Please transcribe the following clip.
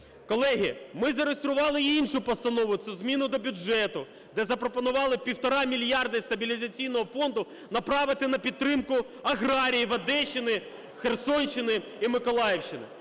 Колеги, ми зареєстрували і іншу постанову – це зміну до бюджету, де запропонували півтора мільярди Стабілізаційного фонду направити на підтримку аграріїв Одещини, Херсонщини і Миколаївщини.